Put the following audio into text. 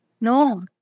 No